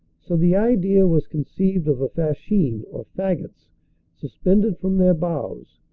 so the idea was conceived of a fascine or faggots suspended from their bows,